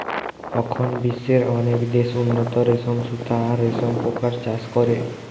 অখন বিশ্বের অনেক দেশ উন্নত রেশম সুতা আর রেশম পোকার চাষ করে